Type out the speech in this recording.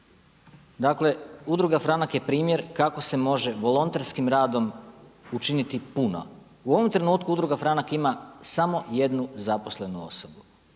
Dakle udruga Franak je primjer kako se može volonterskim radom učiniti puno. U ovom trenutku Udruga Franak ima samo jednu zaposlenu osobu